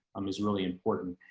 um, is really important.